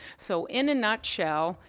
so in a nutshell,